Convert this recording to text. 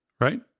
Right